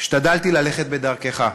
השתדלתי ללכת בדרכך,